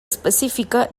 específica